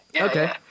Okay